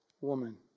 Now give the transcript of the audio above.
woman